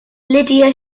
lydia